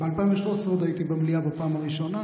ב-2013 עוד הייתי במליאה בפעם הראשונה,